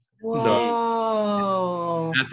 Whoa